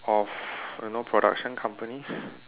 of you know production companies